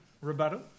Rebuttal